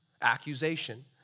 accusation